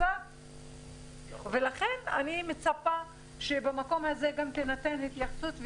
אני מצפה שבמקום הזה גם תינתן התייחסות,